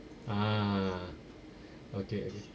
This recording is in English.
ah okay okay